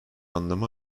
anlamı